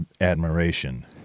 admiration